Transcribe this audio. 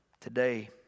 Today